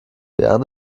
bern